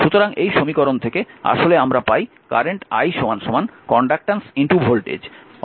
সুতরাং এই সমীকরণ থেকে আসলে আমরা পাই current i conductance voltage Gv